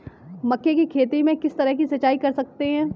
मक्के की खेती में किस तरह सिंचाई कर सकते हैं?